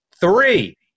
Three